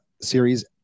series